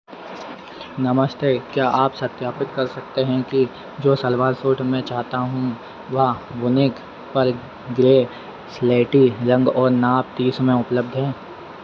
नमस्ते क्या आप सत्यापित कर सकते हैं कि जो सलवार सूट मैं चाहता हूँ वह वूनिक पर ग्रे स्लेटी रंग और नाप तीस में उपलब्ध है